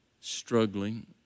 struggling